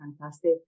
fantastic